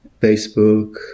Facebook